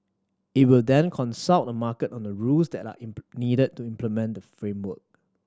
it will then consult the market on the rules that are needed to implement the framework